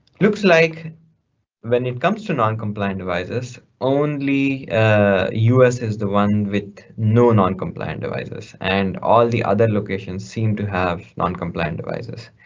looks like when it comes to noncompliant devices, only ah us is the one with no noncompliant devices. and all the other locations seem to have noncompliant devices.